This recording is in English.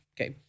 Okay